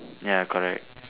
ya correct